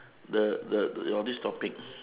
the the your this topic